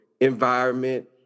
environment